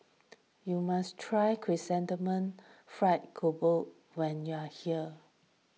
you must try Chrysanthemum Fried Grouper when you are here